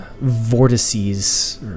vortices